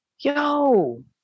Yo